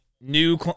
new